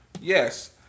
Yes